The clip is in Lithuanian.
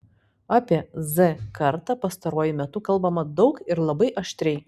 apie z kartą pastaruoju metu kalbama daug ir labai aštriai